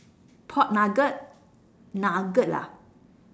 pork nugget nugget ah